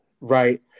right